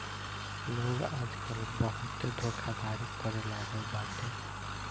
लोग आजकल बहुते धोखाधड़ी करे लागल बाटे